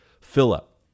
fill-up